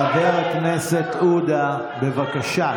חבר הכנסת עודה, בבקשה.